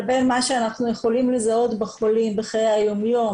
לבין מה שאנחנו יכולים לזהות בחולים בחיי היום-יום